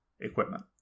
equipment